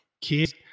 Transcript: kids